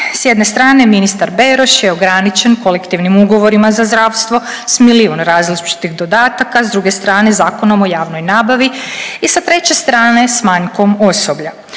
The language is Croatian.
S jedne strane ministar Beroš je ograničen kolektivnim ugovorima za zdravstvo s milijun različitih dodataka, s druge strane Zakonom o javnoj nabavi i sa treće strane sa manjkom osoblja.